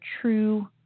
true